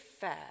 fair